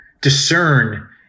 discern